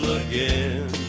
again